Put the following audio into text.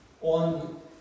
On